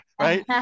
right